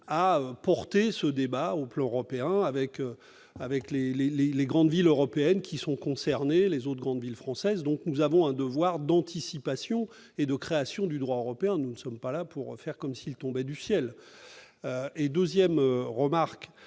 portent ce débat au plan européen avec les grandes villes qui sont concernées, les autres grandes villes françaises. Nous avons un devoir d'anticipation et de création du droit européen, nous ne sommes pas là pour faire comme s'il tombait du ciel. Par ailleurs,